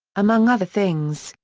among other things,